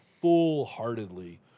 full-heartedly